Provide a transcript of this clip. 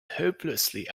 hopelessly